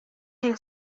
yang